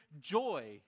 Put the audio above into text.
joy